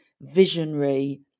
visionary